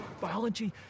Biology